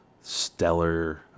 stellar